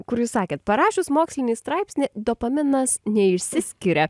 kur jūs sakėt parašius mokslinį straipsnį dopaminas neišsiskiria